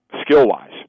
skill-wise